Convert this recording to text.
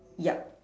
yup